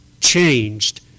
changed